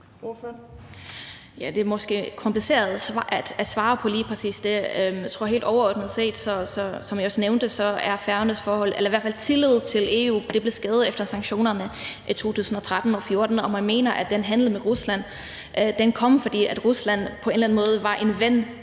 Det er måske lidt kompliceret at svare på lige præcis det. Jeg tror helt overordnet set, som jeg også nævnte før, at Færøernes forhold eller i hvert fald tillid til EU blev skadet efter sanktionerne i 2013 og 2014, og man mener, at handelen med Rusland kom i gang, fordi Rusland på en eller anden måde var en ven, der